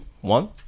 one